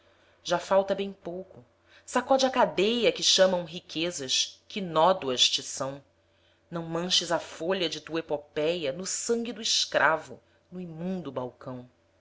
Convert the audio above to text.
já falta bem pouco sacode a cadeia que chamam riquezas que nódoas te são não manches a folha de tua epopéia no sangue do escravo no imundo balcão